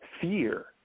fear